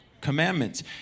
commandments